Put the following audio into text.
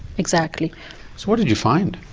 exactly. so what did you find?